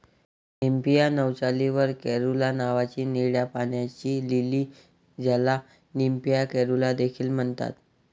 Nymphaea नौचाली वर caerulea नावाची निळ्या पाण्याची लिली, ज्याला निम्फिया कॅरुला देखील म्हणतात